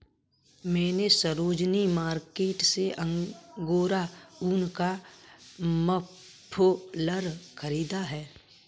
मैने सरोजिनी मार्केट से अंगोरा ऊन का मफलर खरीदा है